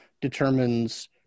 determines